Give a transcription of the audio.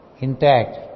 intact